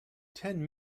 ten